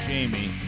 Jamie